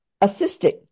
assisting